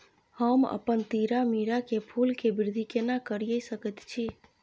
हम अपन तीरामीरा के फूल के वृद्धि केना करिये सकेत छी?